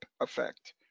effect